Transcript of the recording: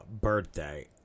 birthday